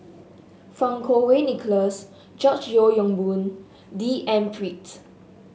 Fang Kuo Wei Nicholas George Yeo Yong Boon D N Pritt